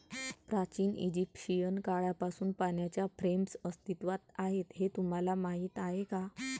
प्राचीन इजिप्शियन काळापासून पाण्याच्या फ्रेम्स अस्तित्वात आहेत हे तुम्हाला माहीत आहे का?